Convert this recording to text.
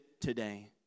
today